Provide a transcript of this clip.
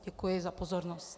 Děkuji za pozornost.